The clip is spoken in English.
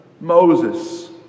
Moses